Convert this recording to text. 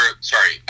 sorry